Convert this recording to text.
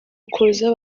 ukuza